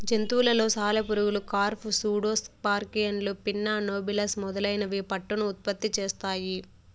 జంతువులలో సాలెపురుగులు, కార్ఫ్, సూడో స్కార్పియన్లు, పిన్నా నోబిలస్ మొదలైనవి పట్టును ఉత్పత్తి చేస్తాయి